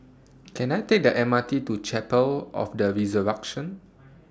Can I Take The M R T to Chapel of The Resurrection